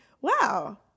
wow